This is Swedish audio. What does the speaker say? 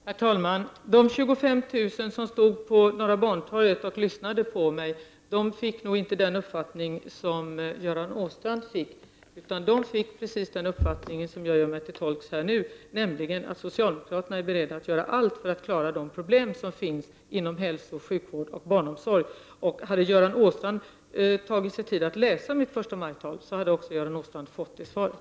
Herr talman! De 25 000 personer som stod på Norra Bantorget och lyssnade på mig fick nog inte den uppfattning som Göran Åstrand fick. De fick precis den uppfattning som jag gör mig till tolk för här nu, nämligen att socialdemokraterna är beredda att göra allt för att klara de problem som finns nom hälsooch sjukvården samt barnomsorgen. Hade Göran Åstrand tagit sig tid att läsa mitt förstamajtal hade han också fått det svaret.